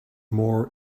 more